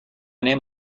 name